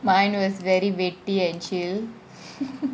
mine was very witty and chill